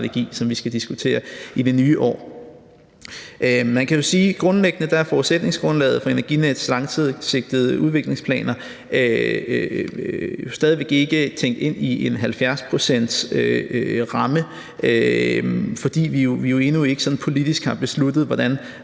som vi skal diskutere i det nye år. Man kan jo sige, at grundlæggende er forudsætningsgrundlaget for Energinets langsigtede udviklingsplaner stadig væk ikke tænkt ind i en 70-procentsramme, fordi vi jo endnu ikke sådan politisk har besluttet, hvordan